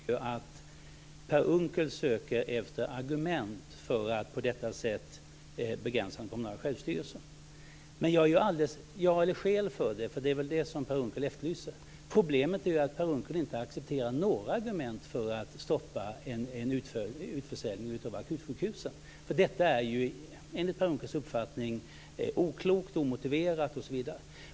Fru talman! Per Unckel söker efter skäl för att på detta sätt begränsa den kommunala självstyrelsen. Det är väl det Per Unckel efterlyser. Problemet är ju att Per Unckel inte accepterar några argument för att stoppa en utförsäljning av akutsjukhusen. Detta är enligt Per Unckels uppfattning oklokt, omotiverat osv.